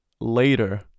later